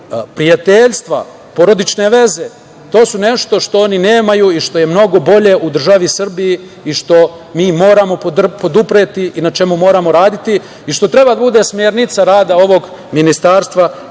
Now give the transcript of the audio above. prijateljstva, porodične veze, to je nešto što oni nemaju i što je mnogo bolje u državi Srbiji i što mi moramo podupreti i na čemu moramo raditi i što treba da bude smernica rada ovog ministarstva